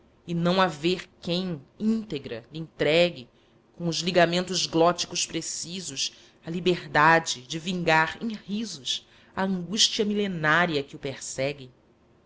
e não haver quem íntegra lhe entregue com os ligamentos glóticos precisos a liberdade de vingar em risos a angústia milenária que o persegue